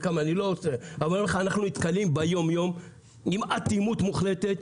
אבל אנחנו נתקלים ביום יום עם אטימות מוחלטת,